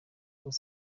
kuri